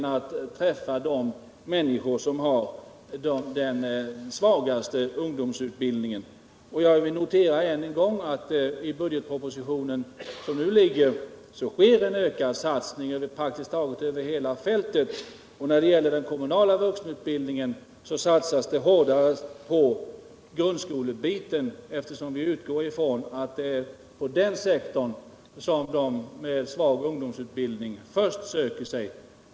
De skall komma de människor till del som har den svagaste ungdomsutbildningen. Jag vill än en gång notera att det i den budgetproposition som nu är framlagd görs en ökad satsning över praktiskt taget hela fältet och att det när det gäller den kommunala vuxenutbildningen satsas hårdare på grundskolebiten, eftersom vi utgår ifrån att det är till den sektorn som människor med svag ungdomsutbildning först söker sig.